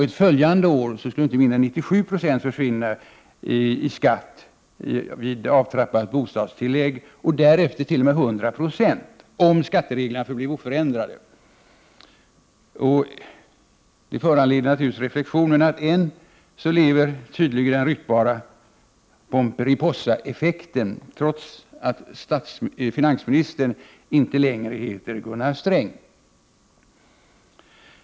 Ett följande år skulle inte mindre än 97 20 försvinna i skatt vid avtrappat bostadstillägg och därefter t.o.m. 100 926 — om skattereglerna förblir oförändrade. Detta föranleder naturligtvis reflexionen att än lever tydligen den ryktbara Pomperipossa-effekten, trots att finansministern inte heter Gunnar Sträng!